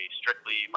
strictly